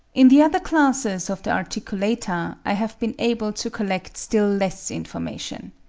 in the other classes of the articulata i have been able to collect still less information.